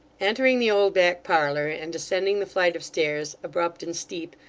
entering the old back-parlour, and ascending the flight of stairs, abrupt and steep,